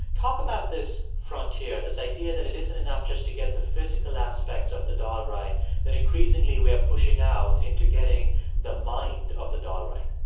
talk about this frontier, this idea that it isn't enough just to get the physical aspects of the doll right that, increasingly, we are pushing out into getting the mind of the doll right